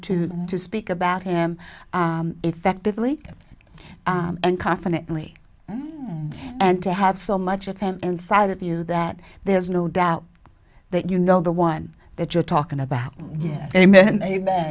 you to speak about him effectively and confidently and to have so much of him inside of you that there's no doubt that you know the one that you're talking about yes amen